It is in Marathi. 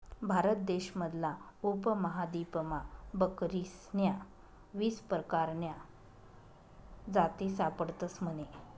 भारत देश मधला उपमहादीपमा बकरीस्न्या वीस परकारन्या जाती सापडतस म्हने